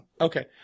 okay